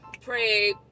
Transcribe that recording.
pray